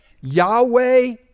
Yahweh